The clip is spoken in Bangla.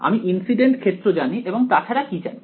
আমি ইনসিডেন্ট ক্ষেত্র জানি এবং তাছাড়া কি জানি